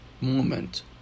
moment